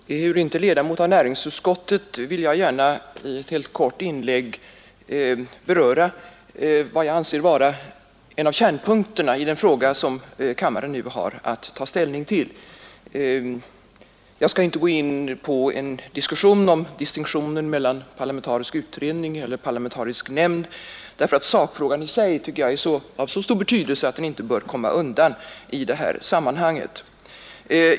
Herr talman! Ehuru inte ledamot av näringsutskottet vill jag gärna i ett helt kort inlägg beröra vad jag anser vara en av kärnpunkterna i den fråga som kammaren nu har att ta ställning till. Jag skall inte gå in på en diskussion om distinktionen mellan parlamentarisk utredning och parlamentarisk nämnd, därför att sakfrågan i sig tycker jag är av så stor betydelse att den inte bör skjutas undan i det här sammanhanget.